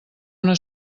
una